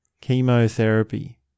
chemotherapy